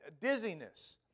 dizziness